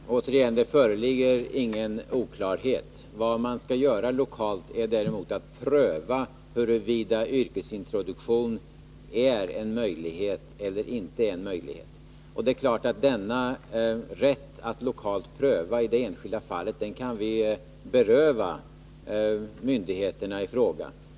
Herr talman! Återigen: Det föreligger ingen oklarhet. Men vad man skall göra lokalt är däremot att pröva huruvida yrkesintroduktion är en möjlighet eller inte. Det är klart att denna rätt att lokalt pröva i de enskilda fallen kan vi beröva myndigheterna i fråga.